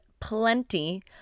plenty